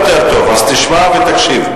עוד יותר טוב, אז תשמע ותקשיב.